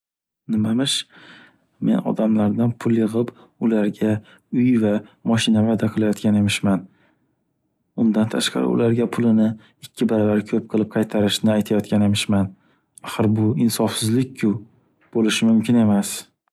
Nimamish, men odamlardan pul yig’ib ularga uy va moshina va’da qilayotgan emishman. Undan tashqari ularga pulini ikki baravar ko’p qilib qaytarishni aytayotgan emishman. Axir bu insofsizlikku! Bo’lishi mumkin emas.